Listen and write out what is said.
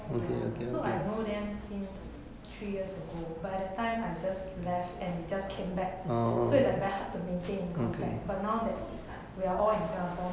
ya so I know them since three years ago but at time I just left and they just came back so it's like very hard to maintain in contact but now that we are all in singapore